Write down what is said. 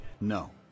No